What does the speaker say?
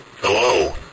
Hello